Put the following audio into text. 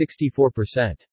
64%